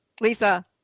lisa